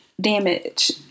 damage